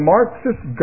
Marxist